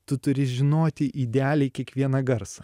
tu turi žinoti idealiai kiekvieną garsą